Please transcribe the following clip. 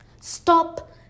Stop